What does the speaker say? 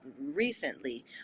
recently